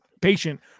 patient